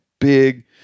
big